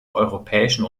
europäischen